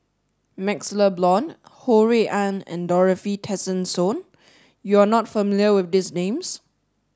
MaxLe Blond Ho Rui An and Dorothy Tessensohn you are not familiar with these names